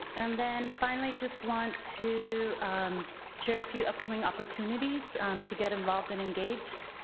and then finally just want to share a few upcoming opportunities to get involved and engaged.